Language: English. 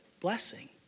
Blessing